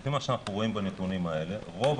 לפי מה שאנחנו רואים בנתונים האלה רוב